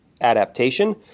adaptation